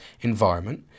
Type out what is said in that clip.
environment